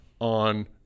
on